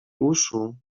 uszu